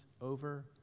over